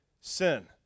sin